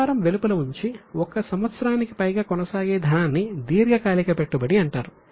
వ్యాపారం వెలుపల వుంచి 1 సంవత్సరానికి పైగా కొనసాగే ధనాన్ని దీర్ఘకాలిక పెట్టుబడి అంటారు